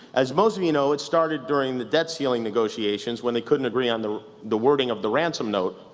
as most of you know, it started during the debt ceiling negotiations, when they couldn't agree on the the wording of the ransom note.